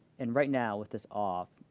and right now with this off,